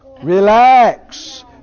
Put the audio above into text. Relax